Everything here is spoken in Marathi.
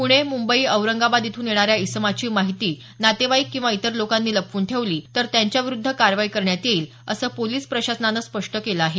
पुणे मुंबई औरंगाबाद इथून येणाऱ्या इसमाची माहिती नातेवाईक किंवा इतर लोकांनी लपवून ठेवली तर त्यांच्याविरुद्ध कारवाई करण्यात येईल असं पोलीस प्रशासनानं स्पष्ट केलं आहे